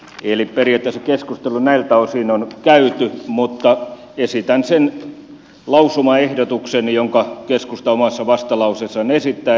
eli periaatteessa keskustelu näiltä osin on käyty mutta esitän sen lausumaehdotuksen jonka keskusta omassa vastalauseessaan esittää